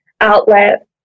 outlet